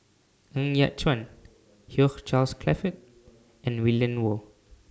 Ng Yat Chuan Hugh Charles Clifford and Willin Low